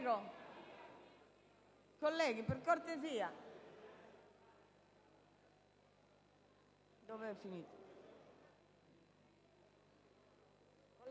Colleghi, per cortesia!